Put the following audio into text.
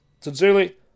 Sincerely